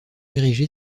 érigé